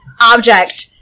object